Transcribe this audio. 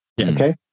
Okay